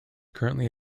currently